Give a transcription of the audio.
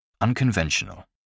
Unconventional